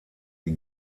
die